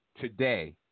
today